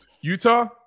Utah